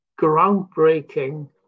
groundbreaking